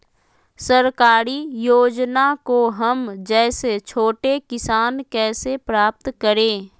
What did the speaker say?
सरकारी योजना को हम जैसे छोटे किसान कैसे प्राप्त करें?